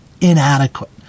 inadequate